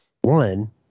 one